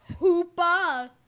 Hoopa